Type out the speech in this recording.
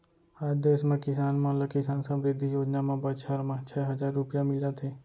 आज देस म किसान मन ल किसान समृद्धि योजना म बछर म छै हजार रूपिया मिलत हे